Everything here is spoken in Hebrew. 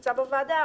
שנמצא בוועדה,